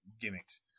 gimmicks